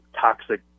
toxic